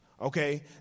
Okay